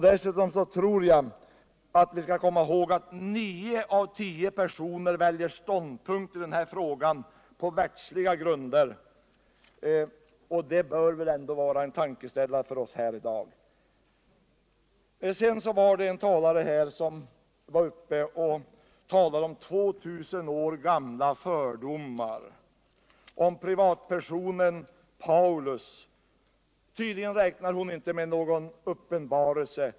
Dessutom skall vi komma ihåg att nio av tio väljer ståndpunkt i den här frågan på världsliga grunder. Det borde väl ändå vara en tankeställare för oss här i dag. En talare talade om 2 000 år gamla fördomar, om privatpersonen Paulus. Tydligen räknar hon inte med någon Guds uppenbarelse.